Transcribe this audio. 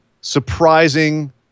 surprising